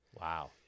Wow